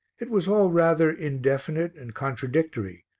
it was all rather indefinite and contradictory,